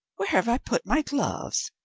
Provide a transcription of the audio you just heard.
where have i put my gloves?